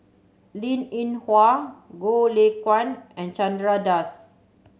Linn In Hua Goh Lay Kuan and Chandra Das